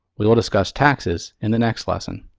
we will discuss taxes in the next lesson.